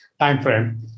timeframe